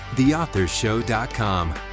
theauthorsshow.com